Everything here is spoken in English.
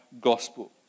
gospel